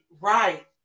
right